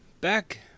back